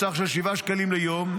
לסך של 7 שקלים ליום,